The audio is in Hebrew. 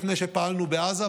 לפני שפעלנו בעזה,